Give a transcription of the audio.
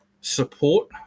support